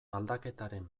aldaketaren